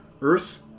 earth